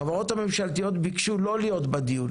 החברות הממשלתיות ביקשו לא להיות בדיון